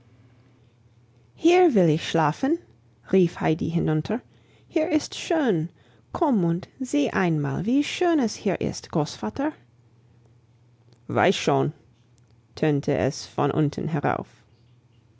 hier will ich schlafen rief heidi hinunter hier ist's schön komm und sieh einmal wie schön es hier ist großvater weiß schon tönte es von unten herauf